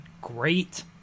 great